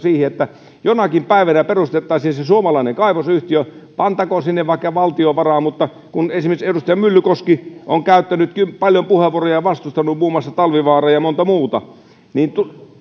siinä että jonakin päivänä perustettaisiin se se suomalainen kaivosyhtiö antakoon sinne vaikka valtio varoja mutta kun esimerkiksi edustaja myllykoski on käyttänyt paljon puheenvuoroja ja vastustanut muun muassa talvivaaraa ja montaa muuta niin